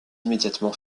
immédiatement